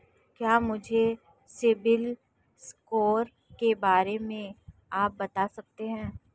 क्या मुझे सिबिल स्कोर के बारे में आप बता सकते हैं?